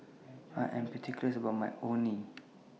I Am particulars about My Orh Nee